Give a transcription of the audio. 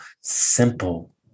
simple